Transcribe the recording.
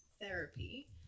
therapy